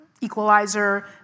Equalizer